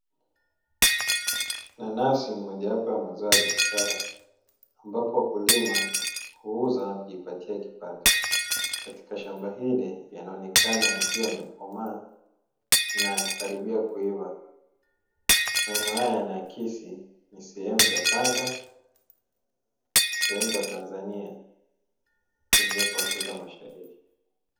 Nanasi ni mojawapo ya mazao ya biashara ambapo wakulima huuza na kujipatia kipato, katika shamba hili yanaonekana yakiwa yamekomaa na kukaribia kuiva, maeneo haya yanaakisi sehemu za Tanga, sehemu za Tanzania zilizopo Afrika Mashariki.